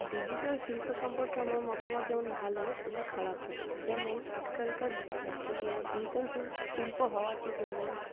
digital শিল্প সম্পর্কে আমার মতামত যেমন ভালো সেমনি খারাপও যেমন আজকালকার দুনিয়ায় ডিজিটাল শিল্প শিল্প হওয়াতে যেমন